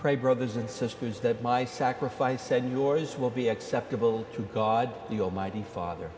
pray brothers and sisters that my sacrifice and yours will be acceptable to god almighty father